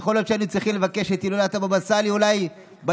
ויכול להיות שהיינו צריכים לבקש את הילולת הבבא סאלי אולי באצטדיון,